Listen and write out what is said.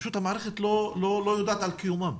פשוט המערכת לא יודעת על קיומן.